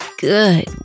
good